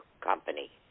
company